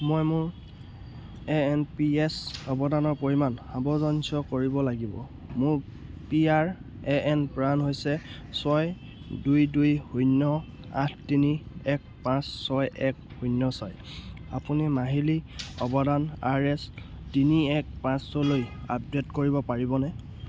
মই মোৰ A N P S অৱদানৰ পৰিমাণ সামঞ্জস্য কৰিব লাগিব মোৰ P R A N PRAN হৈছে ছয় দুই দুই শূন্য আঠ তিনি এক পাঁচ ছয় এক শূন্য ছয় আপুনি মাহিলী অৱদান আৰ এচ তিনি এক পাঁচলৈ আপডেট কৰিব পাৰিবনে